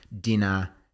dinner